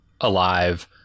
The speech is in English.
alive